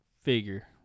figure